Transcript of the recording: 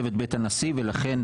בדיוק.